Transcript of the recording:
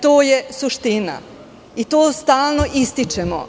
To je suština i to stalno ističemo.